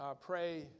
pray